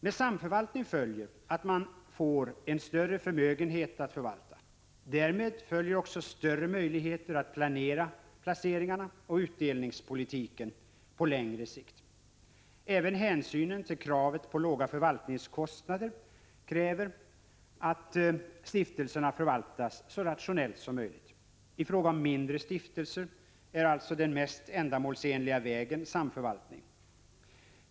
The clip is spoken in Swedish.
Med samförvaltning följer att man får en större förmögenhet att förvalta, vilket i sin tur innebär större möjligheter att planera placeringarna och utdelningspolitiken på längre sikt. Även hänsynen till kravet på låga förvaltningskostnader motiverar att stiftelserna förvaltas så rationellt som möjligt. I fråga om mindre stiftelser är alltså den mest ändamålsenliga vägen samförvaltning.